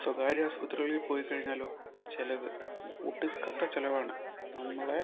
സ്വകാര്യ ആശുപത്രികളിൽ പോയി കഴിഞ്ഞാലോ ചിലവ് ഒടുക്കത്തെ ചിലവാണ് നമ്മളെ